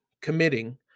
committing